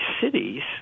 cities